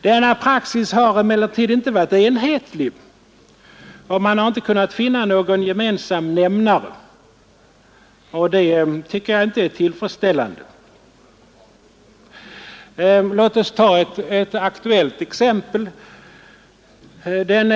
Denna praxis har emellertid inte varit enhetlig, och man har inte kunnat finna någon gemensam nämnare. Det tycker jag inte är tillfredsställande. Låt oss ta ett aktuellt exempel.